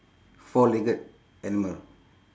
four legged animal